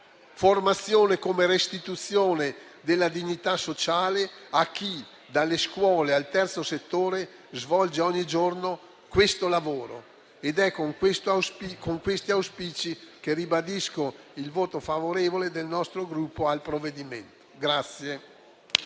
formazione come restituzione della dignità sociale a chi, dalle scuole al terzo settore, svolge ogni giorno questo lavoro. È con questi auspici che ribadisco il voto favorevole del nostro Gruppo al provvedimento.